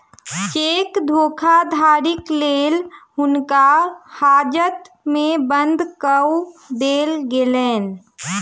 cheque धोखाधड़ीक लेल हुनका हाजत में बंद कअ देल गेलैन